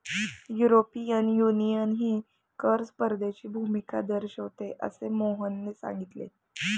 European युनियनही कर स्पर्धेची भूमिका दर्शविते, असे मोहनने सांगितले